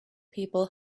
people